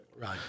Right